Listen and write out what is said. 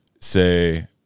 say